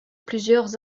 plusieurs